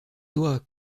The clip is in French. doigts